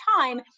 time